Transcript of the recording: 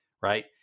right